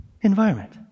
environment